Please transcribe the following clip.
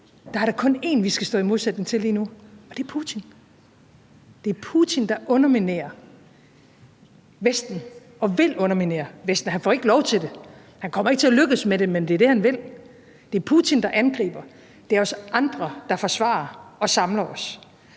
Der er da kun en, vi skal stå i modsætning til lige nu, og det er Putin. Det er Putin, der underminerer Vesten, og som vil underminere Vesten. Han får ikke lov til det, han kommer ikke til at lykkes med det, men det er det, han vil. Det er Putin, der angriber. Det er os andre, der forsvarer og samler os.